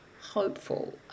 hopeful